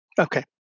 Okay